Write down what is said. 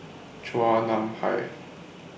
Chua Nam Hai